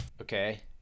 Okay